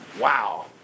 wow